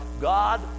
God